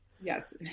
Yes